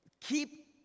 keep